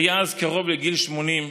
שהיה אז קרוב לגיל 80,